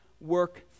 work